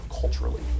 culturally